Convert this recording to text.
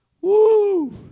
Woo